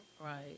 right